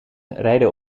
rijden